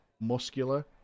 muscular